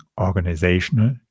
organizational